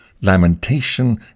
lamentation